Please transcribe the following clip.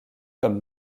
comme